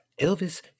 elvis